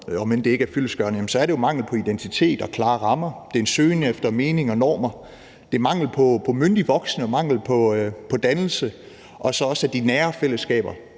om, om end det ikke er fyldestgørende, så er det jo mangel på identitet og klare rammer, det er en søgen efter mening og normer. Det er mangel på myndige voksne og mangel på dannelse, og så er det også mangel på de nære fællesskaber,